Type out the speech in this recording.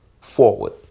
forward